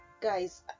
guys